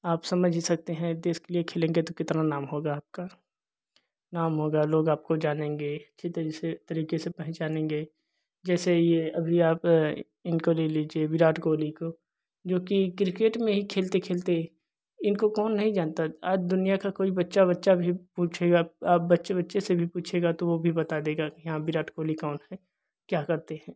समझ ही सकते हैं देश के लिए खेलेंगे तो कितना नाम होगा आपका नाम होगा लोग आपको जानेंगे अच्छी तरीके तरीके से पहचानेंगे जैसे ये अभी आप इनको ले लीजिए विराट कोहली को जो कि क्रिकेट में ही खेलते खेलते इनको कौन नहीं जानता आज दुनिया का कोई बच्चा भी प पूँछे अब आप बच्चे बच्चे से पूछेगा तो वो भी बतादेगा की हाँ विराट कोहली कौन हैं क्या करते हैं